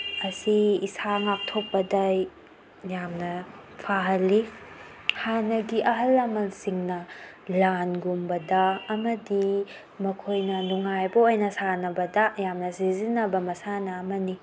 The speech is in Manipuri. ꯑꯁꯤ ꯏꯁꯥ ꯉꯥꯛꯊꯣꯛꯄꯗ ꯌꯥꯝꯅ ꯐꯍꯜꯂꯤ ꯍꯥꯟꯅꯒꯤ ꯑꯍꯜ ꯂꯃꯟꯁꯤꯡꯅ ꯂꯥꯟꯒꯨꯝꯕꯗ ꯑꯃꯗꯤ ꯃꯈꯣꯏꯅ ꯅꯨꯡꯉꯥꯏꯕ ꯑꯣꯏꯅ ꯁꯥꯟꯅꯕꯗ ꯌꯥꯝꯅ ꯁꯤꯖꯤꯟꯅꯕ ꯃꯁꯥꯟꯅ ꯑꯃꯅꯤ